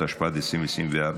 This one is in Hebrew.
התשפ"ד 2024,